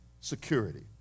security